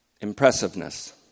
impressiveness